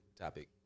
topic